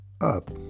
up